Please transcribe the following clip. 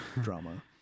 drama